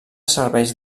serveix